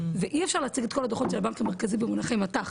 ואי אפשר להציג את כל הדו"חות של הבנק המרכזי במונחי מט"ח.